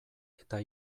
eta